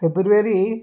February